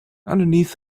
underneath